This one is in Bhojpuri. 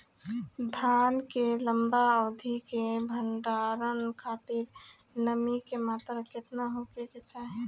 धान के लंबा अवधि क भंडारण खातिर नमी क मात्रा केतना होके के चाही?